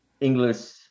English